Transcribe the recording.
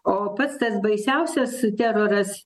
o pats tas baisiausias teroras